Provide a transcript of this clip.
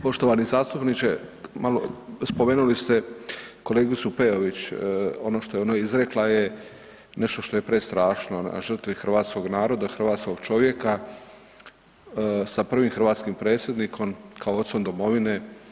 Poštovani zastupniče, malo, spomenuli ste kolegicu Peović, ono što je ono izrekla je nešto prestrašno, na žrtvi hrvatskog naroda, hrvatskog čovjeka sa prvim hrvatskim predsjednikom kao ocom domovine.